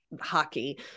hockey